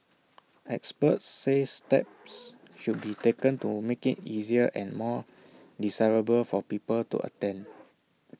experts say steps should be taken to make IT easier and more desirable for people to attend